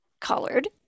colored